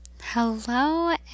Hello